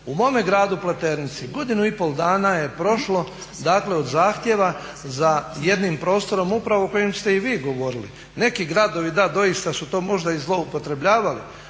U mome gradu Pleternici godinu i pol dana je prošlo, dakle od zahtjeva za jednim prostorom upravo kojim ste i vi govorili. Neki gradovi da, doista su to možda i zloupotrebljavali.